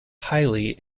highly